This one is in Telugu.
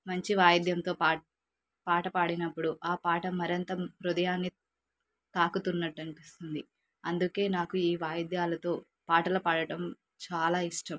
మంచి వాయిద్యంతో పా పాట పాడినప్పుడు ఆ పాట మరింత హృదయాన్ని తాకుతున్నట్నిపిస్తుంది అందుకే నాకు ఈ వాయిద్యాలతో పాటలు పాడటం చాలా ఇష్టం